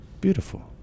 Beautiful